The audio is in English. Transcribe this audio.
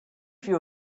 few